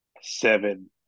seven